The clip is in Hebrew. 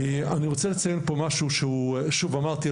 אני רוצה לציין פה משהו ששוב אמרתי,